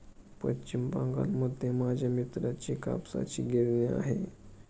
पश्चिम बंगालमध्ये माझ्या मित्राची कापसाची गिरणी आहे